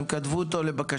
כן, הם כתבו אותו לבקשתנו.